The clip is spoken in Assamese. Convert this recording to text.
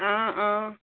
অঁ অঁ